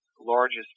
largest